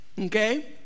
okay